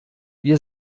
wir